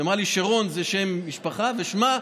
היא אמרה לי שרון זה שם משפחה ושמה,